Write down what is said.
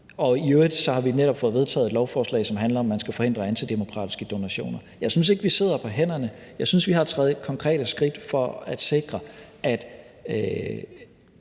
I øvrigt har vi netop fået vedtaget et lovforslag, som handler om, at man skal forhindre antidemokratiske donationer. Jeg synes ikke, vi sidder på hænderne. Jeg synes, vi har taget konkrete skridt for at sikre, at